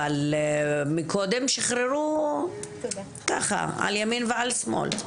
אבל מקודם שחררו ככה, על ימין ועל שמאל.